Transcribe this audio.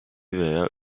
veya